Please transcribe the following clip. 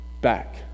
Back